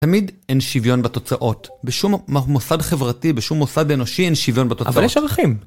תמיד אין שוויון בתוצאות, בשום מוסד חברתי, בשום מוסד אנושי אין שוויון בתוצאות. אבל יש ערכים.